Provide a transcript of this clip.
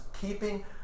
keeping